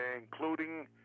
including